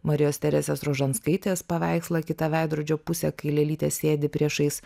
marijos teresės rožanskaitės paveikslą kita veidrodžio pusė kai lėlytė sėdi priešais